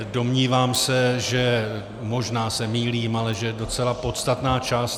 Domnívám se možná se mýlím ale že docela podstatná část